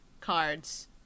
cards